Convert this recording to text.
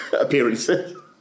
appearances